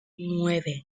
nueve